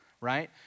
right